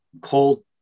cold